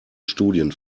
studien